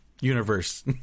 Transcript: universe